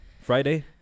Friday